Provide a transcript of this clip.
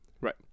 right